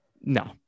No